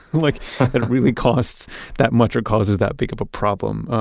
like it really costs that much or causes that big of a problem.